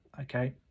Okay